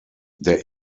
der